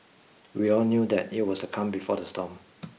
we all knew that it was the calm before the storm